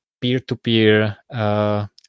peer-to-peer